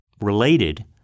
Related